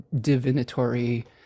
divinatory